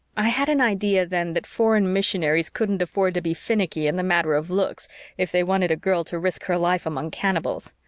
i had an idea then that foreign missionaries couldn't afford to be finicky in the matter of looks if they wanted a girl to risk her life among cannibals.